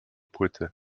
płyty